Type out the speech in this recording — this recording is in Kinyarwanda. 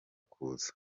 kuza